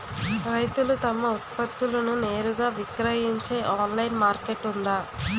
రైతులు తమ ఉత్పత్తులను నేరుగా విక్రయించే ఆన్లైన్ మార్కెట్ ఉందా?